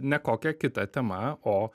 ne kokia kita tema o